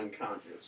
unconscious